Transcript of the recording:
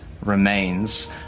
remains